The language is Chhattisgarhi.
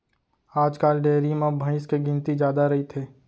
आजकाल डेयरी म भईंस के गिनती जादा रइथे